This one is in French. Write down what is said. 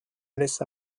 laissa